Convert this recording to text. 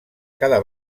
cada